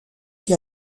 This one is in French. qui